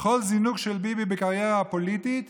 בכל זינוק של ביבי בקריירה הפוליטית